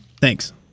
Thanks